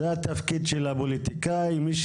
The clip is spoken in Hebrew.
זה התפקיד של הפוליטיקאים.